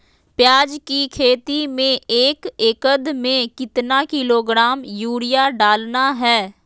प्याज की खेती में एक एकद में कितना किलोग्राम यूरिया डालना है?